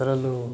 ಅದರಲ್ಲೂ